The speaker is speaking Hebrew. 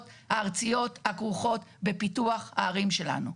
הארציות הכרוכות בפיתוח הערים שלנו.